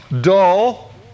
dull